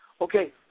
Okay